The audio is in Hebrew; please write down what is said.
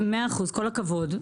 כל הכבוד.